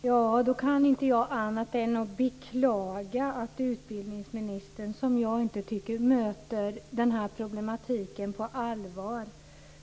Fru talman! Jag kan inte annat än beklaga att utbildningsministern inte tar denna problematik på allvar,